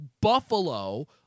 Buffalo